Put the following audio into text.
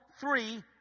three